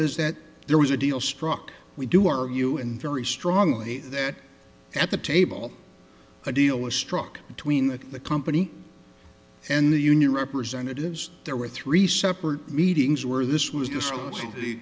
is that there was a deal struck we do argue and very strongly that at the table a deal was struck between the company and the union representatives there were three separate meetings where this was